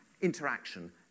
interaction